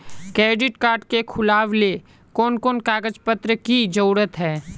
Credit card के खुलावेले कोन कोन कागज पत्र की जरूरत है?